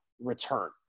return